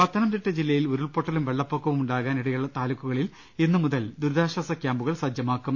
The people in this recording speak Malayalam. പത്തനംതിട്ട ജില്ലയിൽ ഉരുൾപൊട്ടലും വെളളപ്പൊക്കവും ഉണ്ടാ കാൻ ഇടയുളള താലൂക്കുകളിൽ ഇന്ന് മുതൽ ദുരിതാശ്വാസ ക്യാമ്പു കൾ സജ്ജമാക്കും